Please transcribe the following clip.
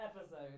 episode